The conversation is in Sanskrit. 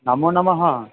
नमो नमः